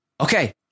okay